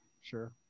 sure